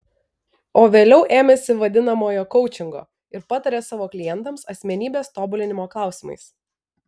o vėliau ėmėsi vadinamojo koučingo ir pataria savo klientams asmenybės tobulinimo klausimais